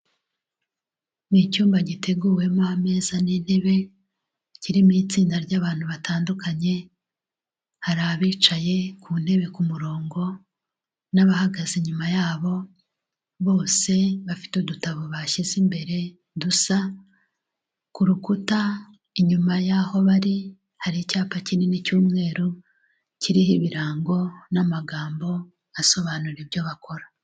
Ni icyumba giteguwemo ameza n'intebe, kirimo itsinda ry'abantu batandukanye, hari abicaye ku ntebe ku murongo n'abahagaze inyuma yabo, bose bafite udutabo bashyize imbere dusa, ku rukuta inyuma yaho bari hari icyapa kinini cy'umweru kiriho ibirango n'amagambo asobanura ibyo bakora.